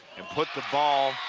and put the ball